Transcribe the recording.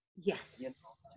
Yes